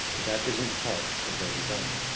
that isn't part of their design.